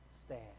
stand